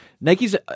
Nike's